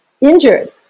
injured